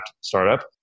startup